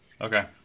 Okay